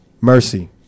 Mercy